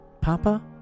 Papa